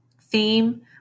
theme